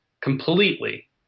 completely